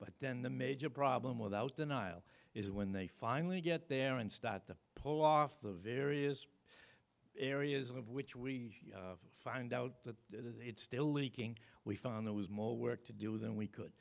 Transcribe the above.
but then the major problem without denial is when they finally get there and start to pull off the various areas of which we find out that it's still leaking we found there was more work to do than we